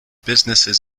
businesses